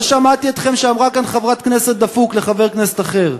לא שמעתי אתכם כשאמרה כאן חברת כנסת "דפוק" לחבר כנסת אחר.